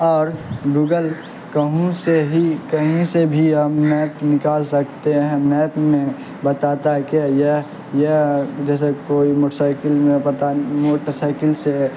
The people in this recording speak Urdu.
اور گوگل کہوں سے ہی کہیں سے بھی ہم میپ نکال سکتے ہیں میپ میں بتاتا ہے کہ یہ یہ جیسے کوئی موٹر سائیکل میں پتا موٹر سائیکل سے